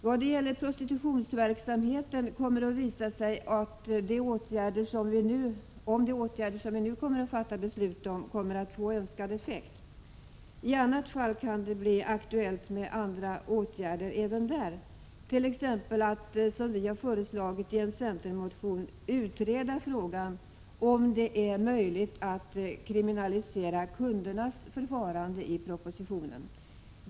Vad gäller prostitutionsverksamheten kommer det att visa sig om de åtgärder vi nu kommer att besluta om får önskad effekt. I annat fall kan det bli aktuellt med andra åtgärder även där, t.ex. att som föreslagits i en centermotion utreda frågan om det är möjligt att kriminalisera kundernas förfarande.